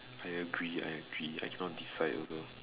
I agree I agree I cannot decide also